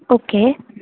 okay